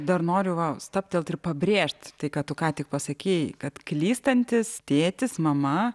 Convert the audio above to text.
dar noriu va stabtelt ir pabrėžt tai ką tu ką tik pasakei kad klystantis tėtis mama